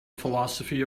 philosophy